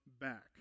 back